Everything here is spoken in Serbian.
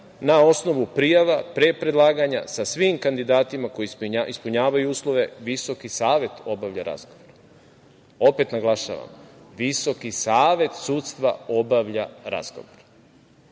na osnovu prijava pre predlaganja, sa svim kandidatima koji ispunjavaju uslove Visoki savet obavlja razgovor. Opet naglašavam, Visoki savet sudstva obavlja razgovor.